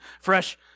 fresh